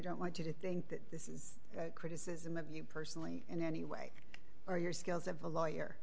don't want you to think that this is criticism of you personally in any way or your skills of a lawyer